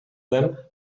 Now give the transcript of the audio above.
them